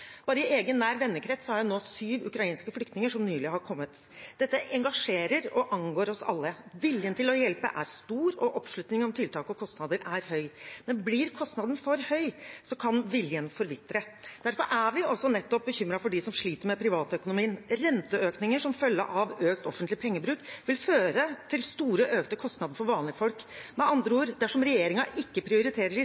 Bare i egen, nær vennekrets har jeg nå syv ukrainske flyktninger som nylig har kommet. Dette engasjerer og angår oss alle. Viljen til å hjelpe er stor, og oppslutningen om tiltak og kostnader er høy. Men blir kostnaden for høy, kan viljen forvitre. Derfor er vi også nettopp bekymret for dem som sliter med privatøkonomien. Renteøkninger som følge av økt offentlig pengebruk vil føre til store økte kostnader for vanlige folk. Med